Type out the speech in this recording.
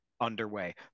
underway